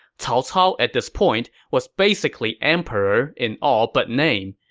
cao cao, at this point, was basically emperor in all but name,